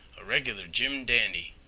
a reg'lar jim-dandy.